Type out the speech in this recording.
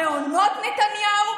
מהומות נתניהו,